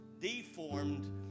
deformed